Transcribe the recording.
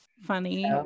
funny